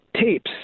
tapes